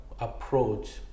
approach